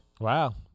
Wow